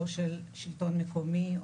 לא של שלטון מקומי,